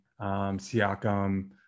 Siakam